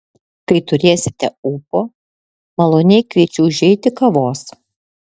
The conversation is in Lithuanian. kai turėsite ūpo maloniai kviečiu užeiti kavos